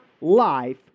life